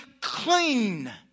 clean